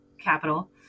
capital